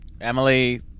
Emily